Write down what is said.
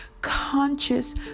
conscious